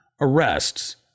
arrests